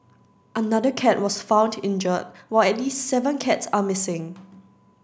another cat was found injured while at least seven cats are missing